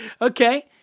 Okay